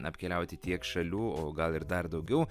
apkeliauti tiek šalių o gal ir dar daugiau